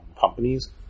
companies